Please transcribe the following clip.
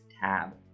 tab